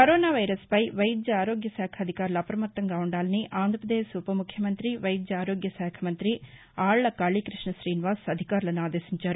corona virus పై వైద్య ఆరోగ్య శాఖాధికారులు అప్రమత్తంగా ఉండాలని ఆంధ్రప్రదేశ్ ఉపముఖ్యమంత్రి వైద్య ఆరోగ్య శాఖామంతి ఆళ్ళకాళీకృష్ణ తీనివాస్ అధికారులను ఆదేశించారు